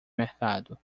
mercado